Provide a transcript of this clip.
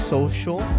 Social